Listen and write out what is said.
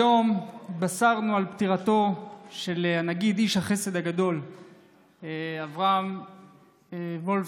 היום התבשרנו על פטירתו של הנגיד איש החסד הגדול אברהם וולפסון,